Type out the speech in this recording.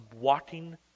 walking